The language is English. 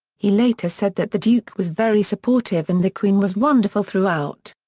he later said that the duke was very supportive and the queen was wonderful throughout.